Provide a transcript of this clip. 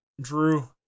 Drew